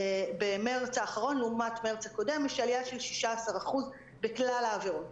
במרץ האחרון לעומת מרץ הקודם יש עלייה של 16% בכלל העבירות.